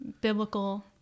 Biblical